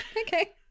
Okay